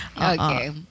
Okay